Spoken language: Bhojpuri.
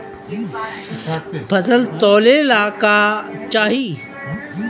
फसल तौले ला का चाही?